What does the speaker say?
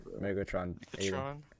Megatron